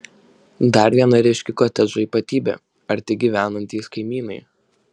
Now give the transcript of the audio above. dar viena ryški kotedžo ypatybė arti gyvenantys kaimynai